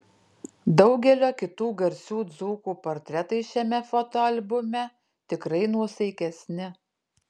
daugelio kitų garsių dzūkų portretai šiame fotoalbume tikrai nuosaikesni